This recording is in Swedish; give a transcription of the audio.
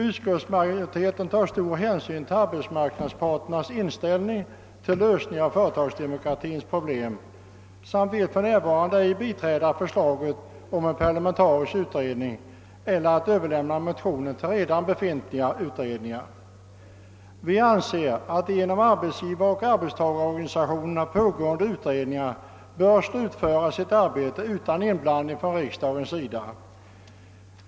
Utskottsmajoriteten tar stor hänsyn till arbetsmarknadsparternas inställning till en lösning av företagsdemokratins problem och vill för närvarande inte biträda förslaget om en parlamentarisk utredning eller att överlämna motionerna till redan befintliga utredningar. Vi anser att de inom arbetsgivaroch arbetstagarorganisationerna pågående utredningarna bör slutföra sitt arbete utan inblandning från riksdagens sida.